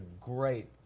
great